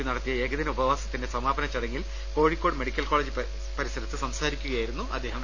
P നടത്തിയു ഏകദിന ഉപവാസത്തിന്റെ സമാപന ചടങ്ങിൽ കോഴിക്കോട് മെഡി ക്കൽ കോളേജ് പരിസരത്ത് സംസാരിക്കുകയായിരുന്നു അദ്ദേഹം